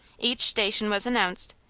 each station was announced.